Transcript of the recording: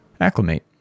acclimate